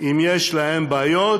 אם יש להם בעיות,